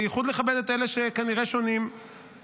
בייחוד לכבד את אלה שכנראה שונים ממך.